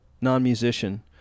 Non-musician